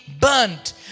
burnt